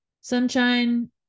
Sunshine